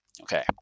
Okay